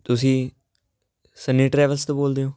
ਤੁਸੀਂ Sunny Travels ਤੋਂ ਬੋਲਦੇ ਹੋ